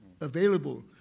available